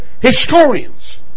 historians